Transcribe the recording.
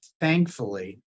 thankfully